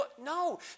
No